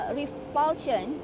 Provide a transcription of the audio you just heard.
repulsion